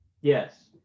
yes